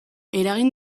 eragin